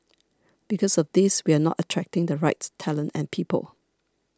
because of this we are not attracting the right talent and people